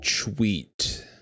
tweet